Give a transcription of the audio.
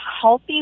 healthy